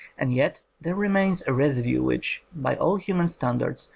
and yet there remains a residue which, by all human standards,